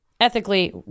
ethically